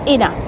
Ina